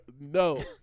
No